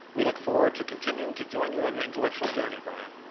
we look forward to continuing to join you on your intellectual journey brian.